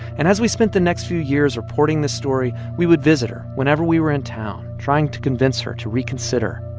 and as we spent the next few years reporting this story, we would visit her whenever we were in town, trying to convince her to reconsider.